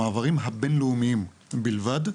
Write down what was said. במעברים הבינלאומיים בלבד,